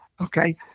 Okay